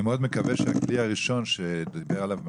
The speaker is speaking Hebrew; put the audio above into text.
אני מאוד מקווה ש --- הראשון שדיבר עליו משריקי,